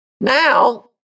Now